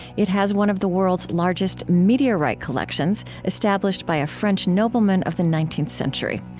it has one of the world's largest meteorite collections, established by a french nobleman of the nineteenth century.